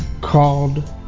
Called